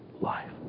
life